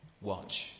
watch